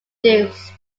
produced